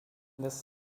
this